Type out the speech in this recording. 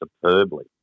superbly